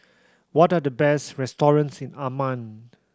what are the best restaurants in Amman